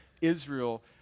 israel